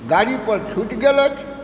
गाड़ीपर छुटि गेल अछि